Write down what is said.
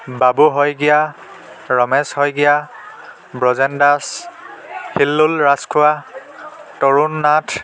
Babu Saikia Ramesh Saikia Brajen Das Hillul Rajkhowa Tarun Nath